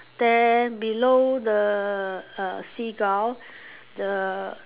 then below the uh seagull the